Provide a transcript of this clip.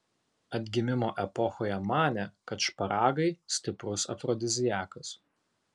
atgimimo epochoje manė kad šparagai stiprus afrodiziakas